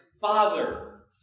Father